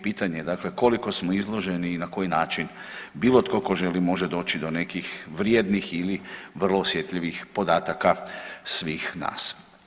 Pitanje je dakle koliko smo izloženi i na koji način bilo tko, tko želi može doći do nekih vrijednih ili vrlo osjetljivih podataka svih nas.